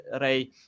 Ray